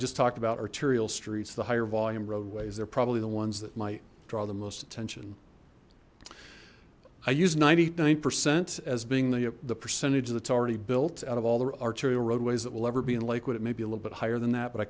just talked about arterial streets the higher volume roadways they're probably the ones that might draw the most attention i use ninety nine percent as being the the percentage that's already built out of all the arterial roadways that will ever be in lakewood it may be a little bit higher than that but i